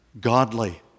godly